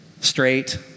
straight